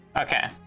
Okay